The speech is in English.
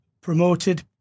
promoted